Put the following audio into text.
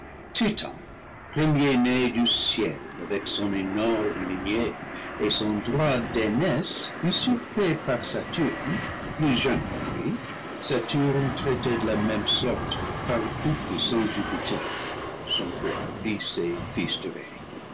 titan premier-né du ciel avec son énorme lignée et son droit d'aînesse usurpé par saturne plus jeune que lui saturne traité de la même sorte par le plus puissant jupiter son propre fils et fils de